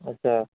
اچھا